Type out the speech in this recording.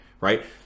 right